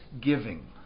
giving